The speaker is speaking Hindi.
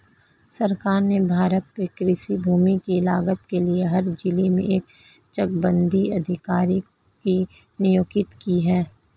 सरकार ने भारत में कृषि भूमि की लागत के लिए हर जिले में एक चकबंदी अधिकारी की नियुक्ति की है